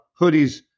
hoodies